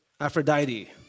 Aphrodite